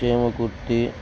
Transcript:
Chimakurthi